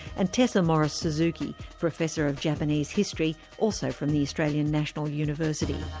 and tessa morris-suzuki, professor of japanese history, also from the australian national university.